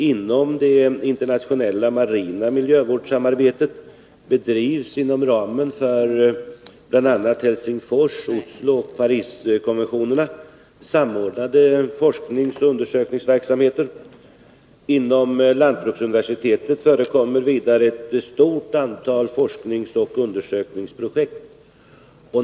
I det internationella marina miljövårdssamarbetet bedrivs inom ramen för bl.a. Helsingfors-, Oslooch Pariskonventionerna samordnad forskningsoch undersökningsverksamhet. Inom Lantbruksuniversitetet förekommer vidare ett stort antal forskningsoch undersökningsprojekt.